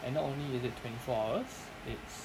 and not only is it twenty four hours it's